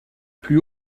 plus